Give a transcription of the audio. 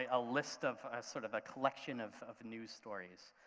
a list of sort of a collection of of news stories.